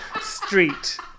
Street